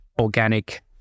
organic